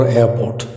airport